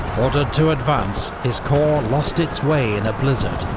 ordered to advance, his corps lost its way in a blizzard,